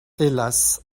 hélas